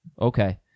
Okay